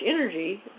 energy